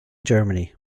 germany